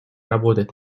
работать